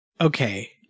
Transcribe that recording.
Okay